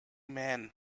men